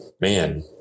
man